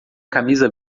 camisa